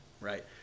right